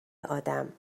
آدم